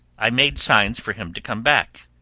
i made signs for him to come back,